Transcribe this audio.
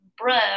bro